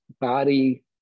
body